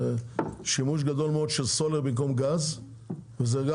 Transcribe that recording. זה שימוש גדול מאוד של סולר במקום גז וזה גם